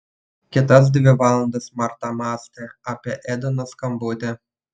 kitas dvi valandas marta mąstė apie ednos skambutį